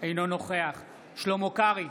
אינו נוכח שלמה קרעי,